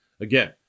Again